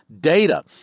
data